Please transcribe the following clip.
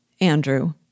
Andrew